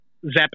zep